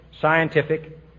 scientific